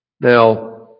Now